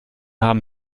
haben